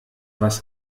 was